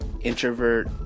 introvert